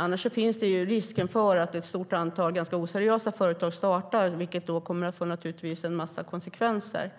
Annars finns risken att ett stort antal oseriösa företag startar, vilket får en mängd konsekvenser.